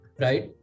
right